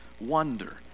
wonder